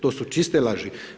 To su čiste laži.